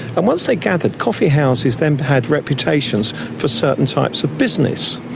and once they gathered, coffee houses then had reputations for certain types of business.